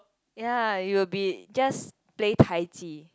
ya you will be just play Tai-Ji